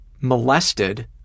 molested